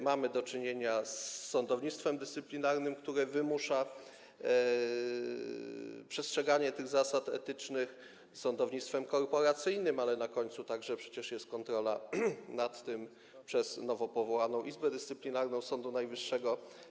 Mamy do czynienia z sądownictwem dyscyplinarnym, które wymusza przestrzeganie tych zasad etycznych, sądownictwem korporacyjnym, ale na końcu jest przecież także kontrola nad tym przez nowo powołaną Izbę Dyscyplinarną Sądu Najwyższego.